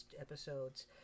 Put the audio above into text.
episodes